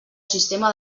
sistema